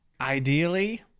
ideally